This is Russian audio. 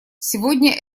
сегодня